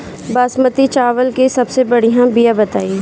बासमती चावल के सबसे बढ़िया बिया बताई?